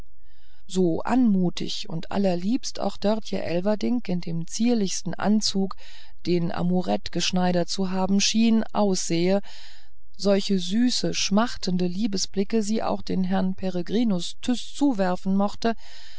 so anmutig und allerliebst auch dörtje elverdink in dem zierlichsten anzuge den amoretten geschneidert zu haben schienen aussehen solche süße schmachtende liebesblicke sie auch dem herrn peregrinus tyß zuwerfen mochte